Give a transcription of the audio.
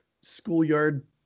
schoolyard